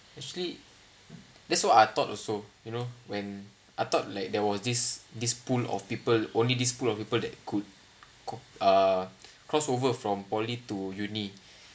actually that's what I thought also you know when I thought like there was this this pool of people only this pool of people that could could uh crossover from poly to uni